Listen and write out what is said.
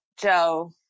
Joe